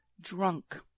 drunk